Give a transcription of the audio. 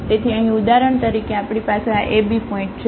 તેથી અહીં ઉદાહરણ તરીકે આપણી પાસે આ a b પોઇન્ટ છે